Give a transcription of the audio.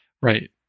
right